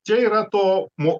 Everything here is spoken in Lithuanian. čia yra to mo